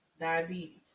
diabetes